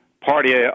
party